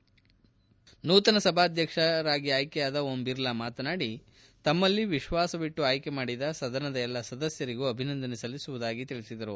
ನಂತರ ನೂತನ ಸಭಾಧ್ಯಕ್ಷರಾಗಿ ಆಯ್ಕೆಯಾದ ಓಂ ಬಿರ್ಲಾ ಮಾತನಾಡಿ ತಮ್ಮಲ್ಲಿ ವಿಶ್ವಾಸವಿಟ್ಟು ಆಯ್ಕೆ ಮಾಡಿದ ಸದನದ ಎಲ್ಲಾ ಸದಸ್ಕರಿಗೂ ಅಭಿನಂದನೆ ಸಲ್ಲಿಸುವುದಾಗಿ ತಿಳಿಸಿದರು